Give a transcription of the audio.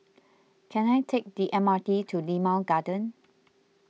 can I take the M R T to Limau Garden